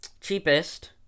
cheapest